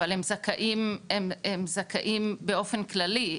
אבל הם זכאים באופן כללי,